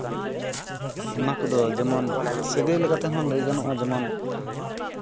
ᱚᱱᱟ ᱠᱚᱫᱚ ᱡᱮᱢᱚᱱ ᱥᱟᱹᱜᱟᱹᱭ ᱞᱮᱠᱟᱛᱮᱦᱚᱸ ᱞᱟᱹᱭ ᱜᱟᱱᱚᱜᱼᱟ ᱡᱮᱢᱚᱱ